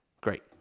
Great